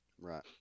right